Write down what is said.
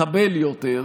מקבל יותר,